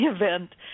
event